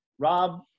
Rob